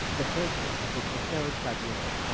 the third case, the the khmer rouge tribunal,